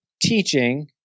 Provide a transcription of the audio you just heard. teaching